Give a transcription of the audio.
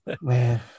Man